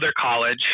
college